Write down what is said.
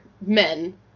men